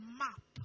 map